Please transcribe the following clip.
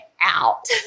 out